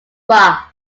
bar